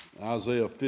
Isaiah